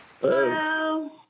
Hello